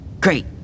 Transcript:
Great